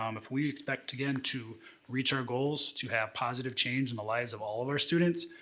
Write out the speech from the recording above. um if we expect, again, to reach our goals, to have positive change in the lives of all of our students,